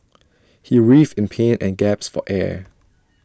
he writhed in pain and gasped for air